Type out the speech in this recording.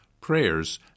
prayers